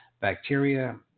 bacteria